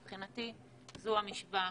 מבחינתי, זו המשוואה.